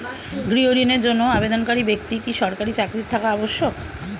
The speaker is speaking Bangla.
গৃহ ঋণের জন্য আবেদনকারী ব্যক্তি কি সরকারি চাকরি থাকা আবশ্যক?